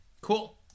Cool